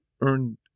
earned